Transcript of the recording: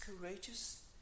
courageous